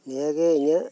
ᱱᱤᱭᱟᱹᱜᱮ ᱤᱧᱟᱹᱜ